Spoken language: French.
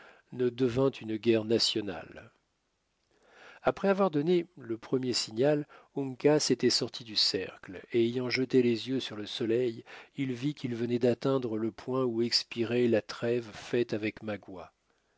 ne devint une guerre nationale après avoir donné le premier signal uncas était sorti du cercle et ayant jeté les yeux sur le soleil il vit qu'il venait d'atteindre le point où expirait la trêve faite avec magua